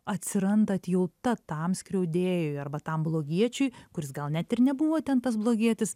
atsiranda atjauta tam skriaudėjui arba tam blogiečiui kuris gal net ir nebuvo ten tas blogietis